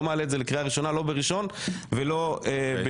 לא מעלה את זה לקריאה ראשונה לא בראשון ולא בשני.